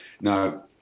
Now